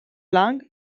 blanc